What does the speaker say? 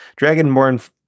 Dragonborn